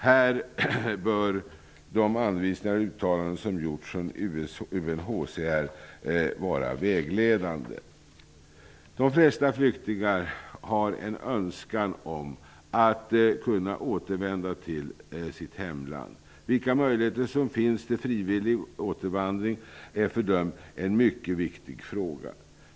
Här bör de anvisningar och uttalanden som gjorts från UNHCR vara vägledande. De flesta flyktingar har en önskan om att kunna återvända till sitt hemland. Vilka möjligheter som finns till frivillig återvandring är för dem en mycket viktig fråga.